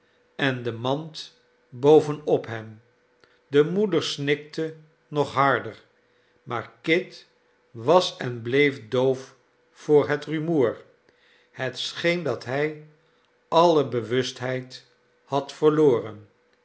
en de mand boven op hem de moeder snikte nog harder maar kit was en bleef doof voor het rumoer het scheen dat hij alle bewustheid had verloren